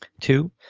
Two